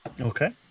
Okay